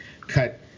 cut